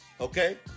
okay